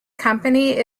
company